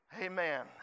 Amen